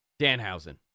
Danhausen